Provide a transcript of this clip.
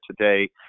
today